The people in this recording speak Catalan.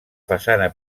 façana